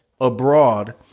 abroad